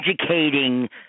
educating